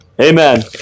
amen